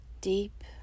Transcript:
deep